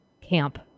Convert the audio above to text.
camp